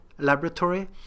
Laboratory